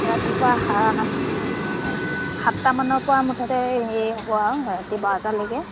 ৰাতিপুৱা সাতটামানৰ পৰা মুঠতে হেৰি হ'ব আৰু ৰাতি বাৰটালৈকে